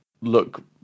look